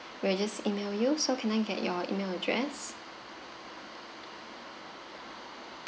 we'll just email you so can I get your email address